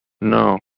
No